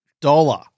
dollar